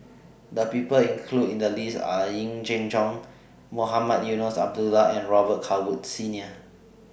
The People included in The list Are Yee Jenn Jong Mohamed Eunos Abdullah and Robet Carr Woods Senior